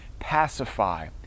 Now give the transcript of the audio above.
pacify